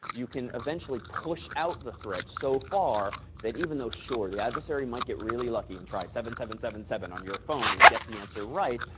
you can eventually push out the threat so far that even though, sure, the adversary might get really lucky and try seven seven seven seven on your phone and get the answer right,